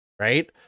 right